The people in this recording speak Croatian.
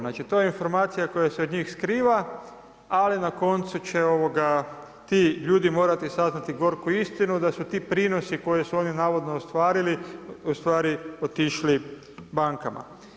Znači, to je informacija koja se od njih skriva, ali na koncu će ti ljudi morati saznati gorku istinu, da su ti prinosi koji su oni navodno ostvarili, ustvari otišli bankama.